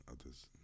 others